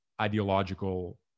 ideological